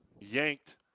yanked